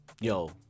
Yo